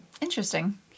Interesting